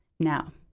now,